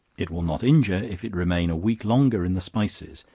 it will not injure if it remain a week longer in the spices,